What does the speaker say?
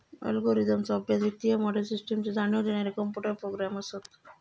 अल्गोरिदमचो अभ्यास, वित्तीय मोडेल, सिस्टमची जाणीव देणारे कॉम्प्युटर प्रोग्रॅम असत